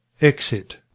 Exit